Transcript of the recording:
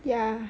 ya